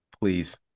Please